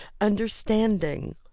Understanding